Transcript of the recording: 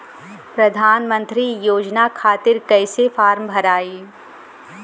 प्रधानमंत्री योजना खातिर कैसे फार्म भराई?